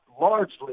Largely